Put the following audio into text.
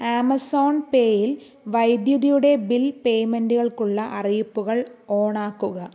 Amazon പേയിൽ വൈദ്യുതിയുടെ bill പേയ്മെന്റുകൾക്കുള്ള അറിയിപ്പുകൾ ഓണാക്കുക